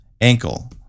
ankle